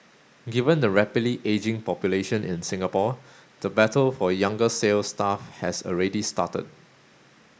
given the rapidly ageing population in Singapore the battle for younger sales staff has already started